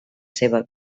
seva